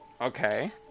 Okay